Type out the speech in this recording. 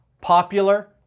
popular